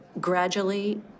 gradually